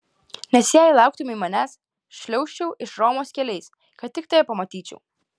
nes jei lauktumei manęs šliaužčiau iš romos keliais kad tik tave pamatyčiau